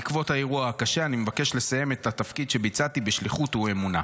בעקבות האירוע הקשה אני מבקש לסיים את התפקיד שביצעתי בשליחות ובאמונה".